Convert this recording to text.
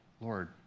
Lord